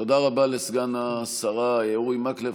תודה רבה לסגן השרה אורי מקלב.